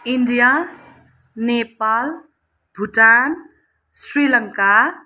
India Nepal Bhutan Sri Lanka